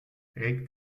reg